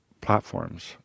platforms